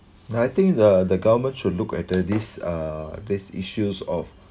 I think the the government should look at the this uh these issues of